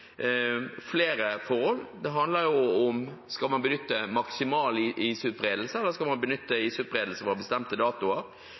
flere forhold. Det handler om man skal benytte maksimal isutbredelse, eller om man skal